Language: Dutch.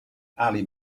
ali